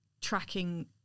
tracking